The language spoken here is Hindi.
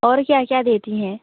और क्या क्या देती हैं